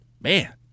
Man